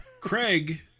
Craig